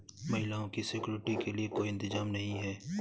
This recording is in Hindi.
महिलाओं की सिक्योरिटी के लिए कोई इंतजाम नहीं है